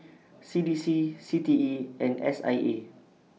C D C C T E and S I E